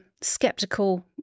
skeptical